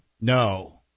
No